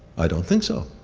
i don't think so.